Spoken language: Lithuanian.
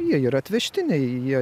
jie yra atvežtiniai jie